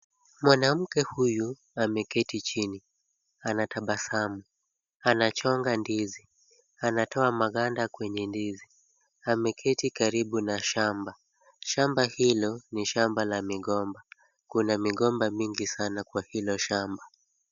Mwanamke huyu ameketi chini. Anatabasamu. Anachonga ndizi. Anatoa maganda kwenye ndizi. Ameketi karibu na shamba. Shamba hilo ni shamba la migomba. Kuna migomba mingi sana kwa hilo shamba.